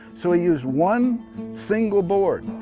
so, he used one single board.